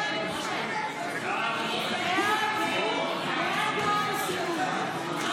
הסתייגות 570 לא נתקבלה.